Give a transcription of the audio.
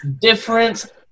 different